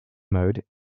mode